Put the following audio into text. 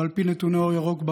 ועל פי נתוני אור ירוק,